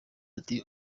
ati